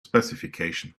specification